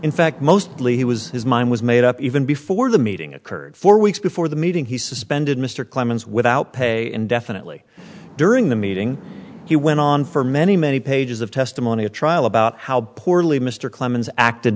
in fact mostly he was his mind was made up even before the meeting occurred four weeks before the meeting he suspended mr clemens without pay indefinitely during the meeting he went on for many many pages of testimony at trial about how poorly mr clemens acted